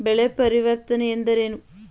ಬೆಳೆ ಪರಿವರ್ತನೆ ಎಂದರೇನು?